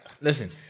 Listen